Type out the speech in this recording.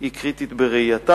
היא קריטית בראייתם.